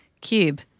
cube